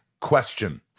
question